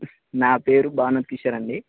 నా పేరు బానత్ కిషోర్ అండి